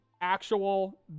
actual